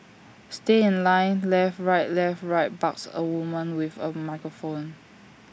stay in line left right left right barks A woman with A microphone